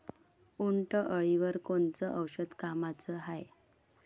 उंटअळीवर कोनचं औषध कामाचं हाये?